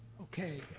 okay.